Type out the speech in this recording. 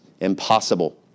impossible